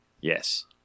yes